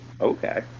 Okay